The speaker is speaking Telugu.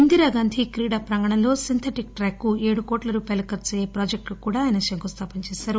ఇందిరాగాంధీ క్రీడా ప్రాంగణంలో సింథటిక్ ట్రాక్ కు ఏడు కోట్ల రూపాయలు ఖర్చయ్యే ప్రాజెక్ట్ కు కూడా ఆయన శంకుస్థాపన చేశారు